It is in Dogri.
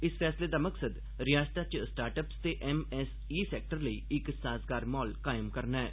इस फैसले दा मकसद रिआसता च स्टार्ट अप्स ते एम एस ई सैक्टर लेई इक साज़गार म्हौल कायम करना ऐ